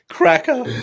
Cracker